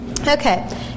Okay